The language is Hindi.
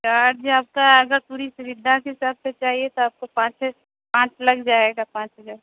चार्ज आपका ऐसा पूरी सुविधा के हिसाब से चाहिए तो आपको पाँच पाँच लग जायेगा पाँच हज़ार